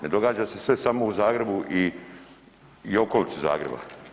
Ne događa se sve samo u Zagrebu i okolici Zagreba.